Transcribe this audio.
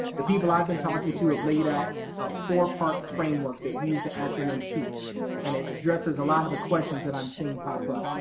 the people i've been talking to have laid out a four part framework that use the acronym heat and it addresses a lot of the questions that i'm seeing pop up.